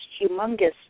humongous